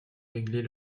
régler